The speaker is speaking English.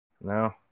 No